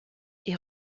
est